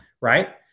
right